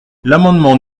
l’amendement